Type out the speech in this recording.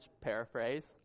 paraphrase